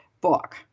book